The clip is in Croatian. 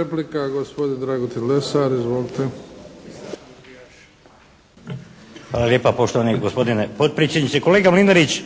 Replika, gospodin Dragutin Lesar. Izvolite. **Lesar, Dragutin (HNS)** Hvala lijepa poštovani gospodine potpredsjedniče. Kolega Mlinarić,